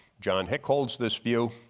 john hick holds this view,